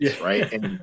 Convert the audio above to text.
right